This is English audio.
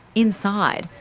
inside,